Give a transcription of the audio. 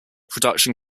production